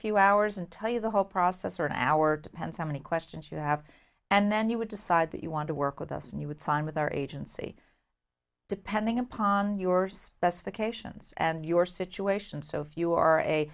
few hours and tell you the whole process or an hour depends how many questions you have and then you would decide that you want to work with us and you would sign with our agency depending upon your specifications and your situation so if you are a